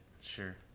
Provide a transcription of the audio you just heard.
Sure